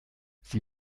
sie